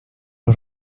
los